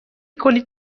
کنید